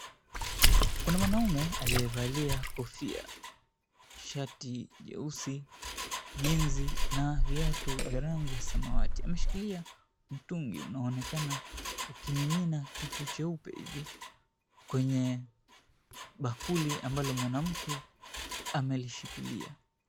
Kuna mwanaume aliyevalia kofia, shati jeusi, jeansi na viatu vya rangi ya samawati. Ameshikilia mtungi unaoonekana ukimimina kitu cheupe hivi kwenye bakuli ambalo mwanamke amelishikilia.